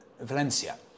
Valencia